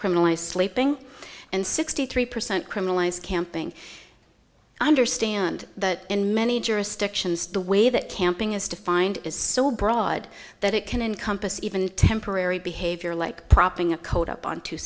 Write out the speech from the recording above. criminalize sleeping and sixty three percent criminalize camping i understand that in many jurisdictions the way that camping is defined is so broad that it can encompass even a temporary behavior like propping a coat up on